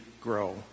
grow